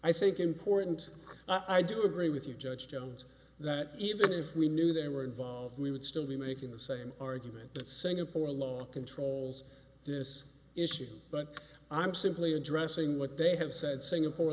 i think important i do agree with you judge jones that even if we knew they were involved we would still be making the same argument that singapore law controls this issue but i'm simply addressing what they have said singapore